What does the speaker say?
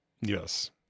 Yes